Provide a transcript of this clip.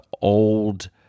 old